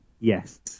Yes